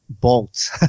bolts